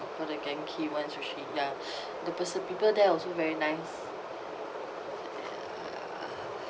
for the genki one sushi ya the pers~ people there also very nice uh ya